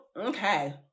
okay